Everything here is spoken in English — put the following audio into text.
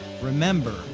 Remember